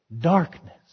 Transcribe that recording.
darkness